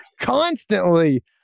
constantly